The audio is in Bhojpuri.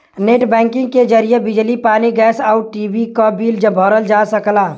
नेट बैंकिंग के जरिए बिजली पानी गैस आउर टी.वी क बिल भरल जा सकला